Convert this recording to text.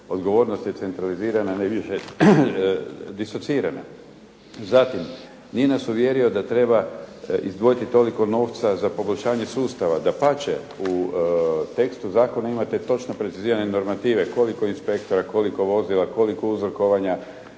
odgovornost je centralizirana ne više distancirana. Zatim, nije nas uvjerio da treba izdvojiti toliko novca za poboljšanje sustava. Dapače, u tekstu zakona imate točno precizirane normative koliko inspektora, koliko vozila, koliko uzrokovanja.